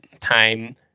time